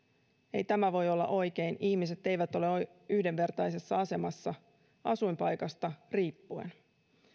ei tämä voi olla oikein ihmiset eivät ole yhdenvertaisessa asemassa asuinpaikasta riippuen